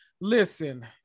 listen